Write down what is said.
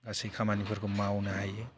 गासै खामानिफोरखौ मावनो हायो